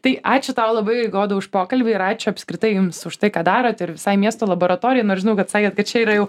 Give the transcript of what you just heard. tai ačiū tau labai goda už pokalbį ir ačiū apskritai jums už tai ką darot ir visai miesto laboratorijai nors žinau kad sakėt kad čia yra jau